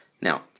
Now